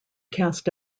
cast